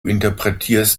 interpretierst